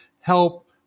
help